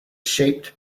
shaped